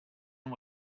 and